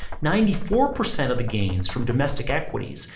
ninety four percent of the gains from domestic equities,